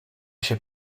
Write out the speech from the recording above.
się